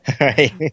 Right